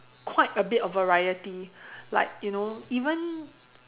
quite a bit of variety like you know even